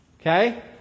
Okay